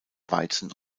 weizen